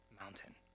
mountain